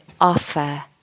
offer